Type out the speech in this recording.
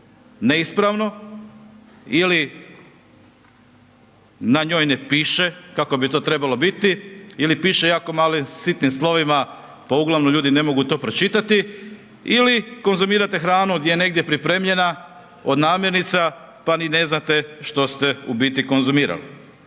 neispravno ili na njoj ne piše kao bi to trebalo biti ili piše jako malim sitnim slovima, pa uglavnom ljudi ne mogu to pročitati ili konzumirate hranu gdje je negdje pripremljena od namirnica pa ni ne znate što ste u biti konzumirali.